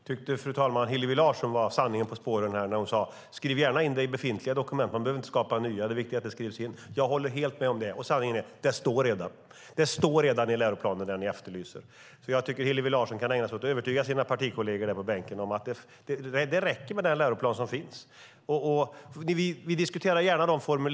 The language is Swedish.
Fru talman! Hillevi Larsson var sanningen på spåren när hon sade: Skriv gärna in det i befintliga dokument. Man behöver inte skapa nya, utan det viktigaste är att det skrivs in. Jag håller helt med om det. Och sanningen är: Det står redan! Det ni efterlyser står redan i läroplanen. Jag tycker att Hillevi Larsson kan ägna sig åt att övertyga sina partikolleger på bänken om att det räcker med den läroplan för skolan som finns.